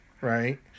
right